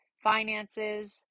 finances